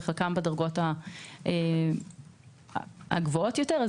וחלקן בדרגות הגבוהות יותר.